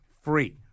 free